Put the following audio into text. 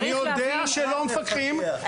צריך להבין --- אני יודע שלא מפקחים,